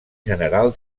general